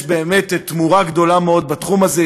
יש באמת תמורה גדולה מאוד בתחום הזה,